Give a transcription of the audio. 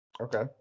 Okay